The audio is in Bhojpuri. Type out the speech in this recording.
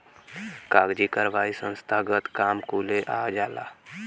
कागजी कारवाही संस्थानगत काम कुले आ जाला